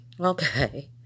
Okay